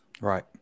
right